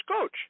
coach